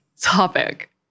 topic